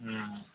ଉଁ